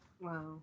wow